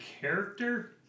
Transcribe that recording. character